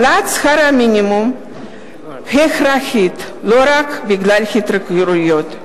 העלאת שכר המינימום הכרחית לא רק בגלל ההתייקרויות.